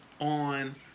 on